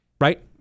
right